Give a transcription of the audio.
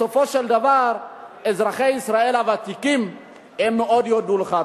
בסופו של דבר אזרחי ישראל הוותיקים מאוד יודו לך.